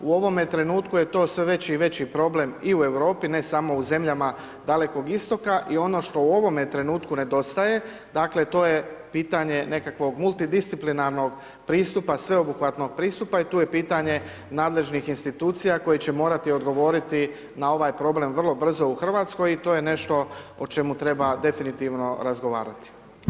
U ovome trenutku je to sve veći i veći problem i u Europi, ne samo u zemljama dalekog Istoka i ono što u ovome trenutku nedostaje, dakle, to je pitanje nekakvog multidisciplinarnog pristupa, sveobuhvatnog pristupa i tu je pitanje nadležnih institucija koje će morati odgovoriti na ovaj problem vrlo brzo u RH i to je nešto o čemu treba definitivno razgovarati.